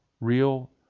real